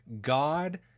God